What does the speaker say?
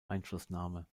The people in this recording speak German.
einflussnahme